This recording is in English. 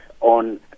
on